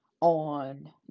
on